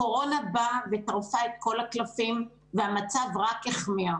הקורונה באה וטרפה את כל הקלפים והמצב רק החמיר.